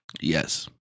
Yes